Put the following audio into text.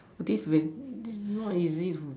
this very this is not easy for them